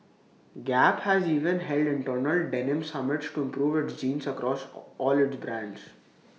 gap has even held internal denim summits to improve its jeans across all its brands